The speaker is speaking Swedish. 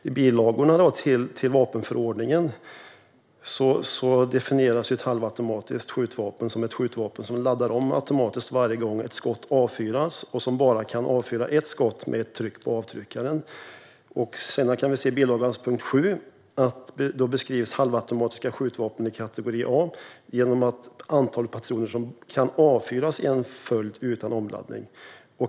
I bilagorna till vapenförordningen definieras ett halvautomatiskt skjutvapen som ett skjutvapen som laddar om automatiskt varje gång ett skott avfyras och som bara kan avfyra ett skott med ett tryck på avtryckaren. I bilagans punkt 7 beskrivs halvautomatiska skjutvapen i kategori A genom antalet patroner som kan avfyras i en följd utan omladdning.